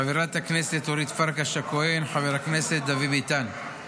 חברת הכנסת אורית פרקש הכהן, חבר הכנסת דוד ביטן,